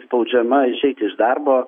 spaudžiama išeiti iš darbo